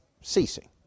ceasing